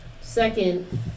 Second